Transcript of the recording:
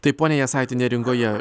taip pone jasaiti neringoje